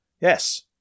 Yes